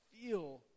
feel